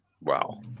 wow